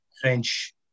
French